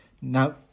Now